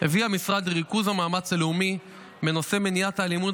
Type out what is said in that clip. הביא המשרד לריכוז המאמץ הלאומי בנושא מניעת האלימות